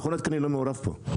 מכון התקנים לא מעורב פה.